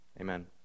amen